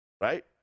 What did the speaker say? right